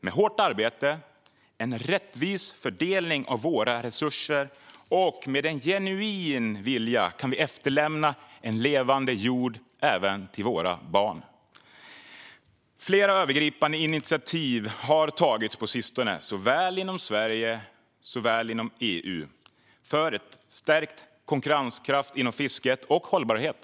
Med hårt arbete, en rättvis fördelning av våra resurser och en genuin vilja kan vi efterlämna en levande jord även till våra barn. Flera övergripande initiativ har tagits på sistone, såväl inom Sverige som inom EU, för stärkt konkurrenskraft inom fisket och för hållbarhet.